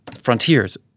frontiers